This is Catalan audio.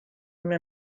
una